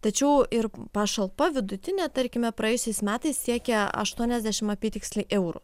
tačiau ir pašalpa vidutinė tarkime praėjusiais metais siekė aštuoniasdešim apytiksliai eurų